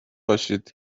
باشید